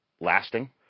lasting